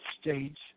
states